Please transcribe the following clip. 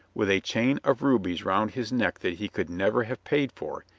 with a chain of rubies round his neck that he could never have paid for,